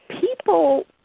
People